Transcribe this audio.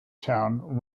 town